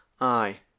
aye